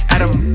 Adam